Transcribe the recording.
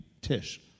tish